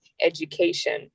education